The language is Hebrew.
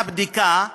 מהבדיקה עולה,